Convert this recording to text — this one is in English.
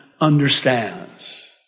understands